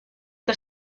que